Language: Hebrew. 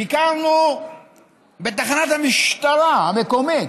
ביקרנו בתחנת המשטרה המקומית.